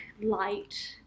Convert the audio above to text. light